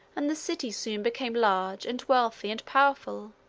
and the city soon became large, and wealthy, and powerful.